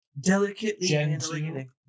delicately